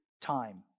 time